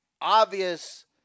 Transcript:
obvious